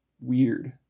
Weird